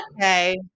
okay